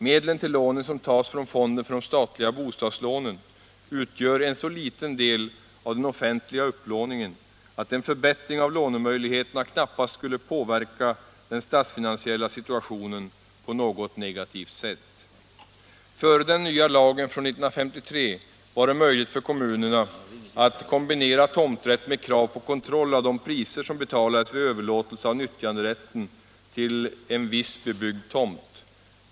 Medlen till lånen, som tas från fonden för de statliga bostadslånen, utgör en så liten del av den offentliga upplåningen att en förbättring av lånemöjligheterna knappast skulle påverka den statsfinansiella situationen på något negativt sätt. Före den nya lagen från 1953 var det möjligt för kommunerna att kombinera tomträtt med krav på kontroll av de priser som betalades vid överlåtelse av nyttjanderätten till en viss bebyggd tomt.